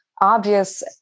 obvious